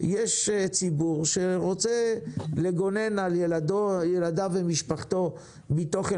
יש ציבור שרוצה לגונן על ילדיו ומשפחתו מתוכן